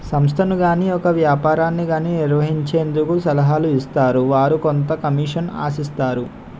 సంస్థను గాని ఒక వ్యాపారాన్ని గాని నిర్వహించేందుకు సలహాలు ఇస్తారు వారు కొంత కమిషన్ ఆశిస్తారు